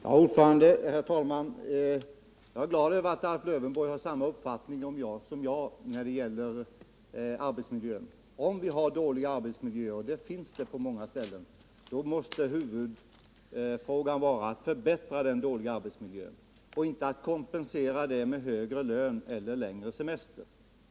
Herr talman! Jag är glad över att Alf Lövenborg har samma uppfattning som jag när det gäller arbetsmiljö. Om vi har dålig arbetsmiljö — och det finns det på många ställen — måste huvudfrågan vara att förbättra den och inte att kompensera den med högre lön eller längre semester.